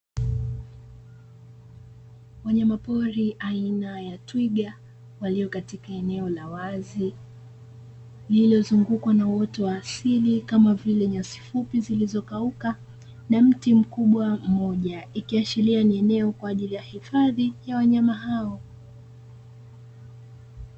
Wanyama pori aina ya twiga walio katika eneo la wazi lililo zungukwa na uoto wa asili kama vile nyasi fupi, zilizo kauka na mti mkubwa mmoja. Ikiashiria ni eneo kwaajili ys hifadhi ya wanyama hao.